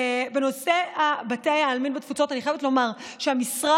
בנושא בתי העלמין בתפוצות אני חייבת לומר שהמשרד